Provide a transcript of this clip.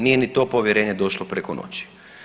Nije ni to povjerenje došlo preko noći.